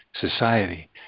Society